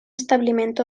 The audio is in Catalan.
establiment